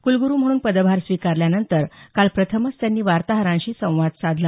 कुलगुरु म्हणून पदभार स्विकारल्यानंतर काल प्रथमच त्यांनी वार्ताहरांशी संवाद साधला